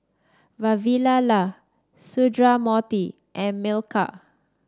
Vavilala Sundramoorthy and Milkha